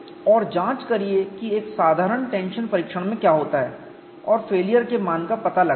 और जांच करिए कि एक साधारण टेंशन परीक्षण में क्या होता है और फेलियर के मान का पता लगाइए